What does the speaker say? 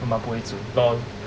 妈妈不会煮 LOL